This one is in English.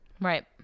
Right